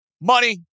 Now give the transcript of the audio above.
money